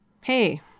hey